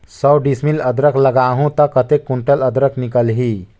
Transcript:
सौ डिसमिल अदरक लगाहूं ता कतेक कुंटल अदरक निकल ही?